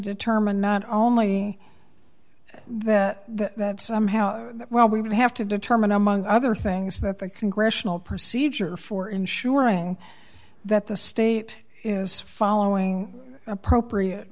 determine not only that that somehow well we would have to determine among other things that the congressional procedure for ensuring that the state is following appropriate